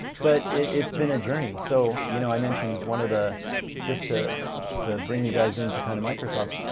but it's been a journey. so you know i mentioned one of the just ah to bring you guys into kind of microsoft.